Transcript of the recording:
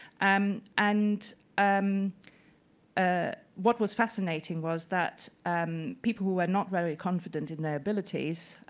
um and um ah what was fascinating was that um people who were not very confident in their abilities